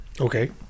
Okay